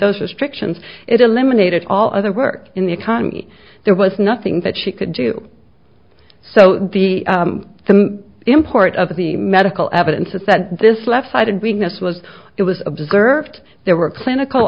those restrictions it eliminated all other work in the economy there was nothing that she could do so the import of the medical evidence is that this left sided weakness was it was observed there were clinical